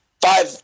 five